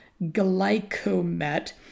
Glycomet